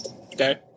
Okay